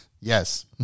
Yes